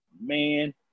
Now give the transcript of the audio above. man